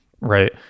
right